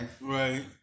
Right